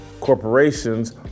Corporations